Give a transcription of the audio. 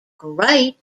great